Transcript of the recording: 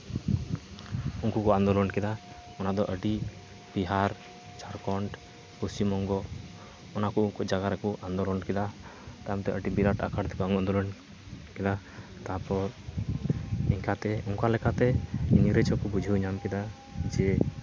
ᱩᱱᱠᱩ ᱠᱚ ᱟᱱᱫᱳᱞᱚᱱ ᱠᱮᱫᱟ ᱚᱱᱟ ᱫᱚ ᱟᱹᱰᱤ ᱵᱤᱦᱟᱨ ᱡᱷᱟᱲᱠᱷᱚᱱᱰ ᱯᱚᱥᱪᱤᱢ ᱵᱚᱝᱜᱚ ᱚᱱᱟ ᱠᱚ ᱩᱱᱠᱩ ᱡᱟᱭᱜᱟ ᱨᱮᱠᱚ ᱟᱱᱫᱳᱞᱚᱱ ᱠᱮᱫᱟ ᱛᱟᱭᱚᱢᱛᱮ ᱵᱤᱨᱟᱴ ᱟᱠᱟᱨ ᱛᱮᱠᱚ ᱟᱱᱫᱳᱞᱚᱱ ᱠᱮᱫᱟ ᱛᱟᱯᱚᱨ ᱱᱤᱠᱟᱛᱮ ᱚᱱᱠᱟ ᱞᱮᱠᱟᱛᱮ ᱤᱝᱨᱮᱹᱡᱽ ᱦᱚᱸᱠᱚ ᱵᱩᱡᱷᱟᱹᱣ ᱧᱟᱢ ᱠᱮᱫᱟ ᱡᱮ